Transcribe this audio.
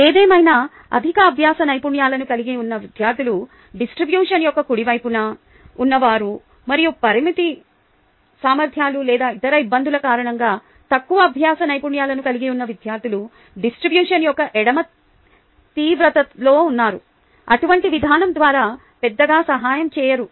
ఏదేమైనా అధిక అభ్యాస నైపుణ్యాలను కలిగి ఉన్న విద్యార్థులు డిస్ట్రిబ్యూషన్ యొక్క కుడి వైపున ఉన్నవారు మరియు పరిమిత సామర్థ్యాలు లేదా ఇతర ఇబ్బందుల కారణంగా తక్కువ అభ్యాస నైపుణ్యాలను కలిగి ఉన్న విద్యార్థులు డిస్ట్రిబ్యూషన్ యొక్క ఎడమ తీవ్రతలో ఉన్నవారు అటువంటి విధానం ద్వారా పెద్దగా సహాయం చేయరు